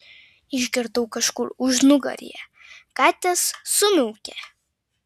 išgirdau kažkur užnugaryje katės sumiaukė